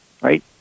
right